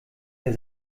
der